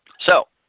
so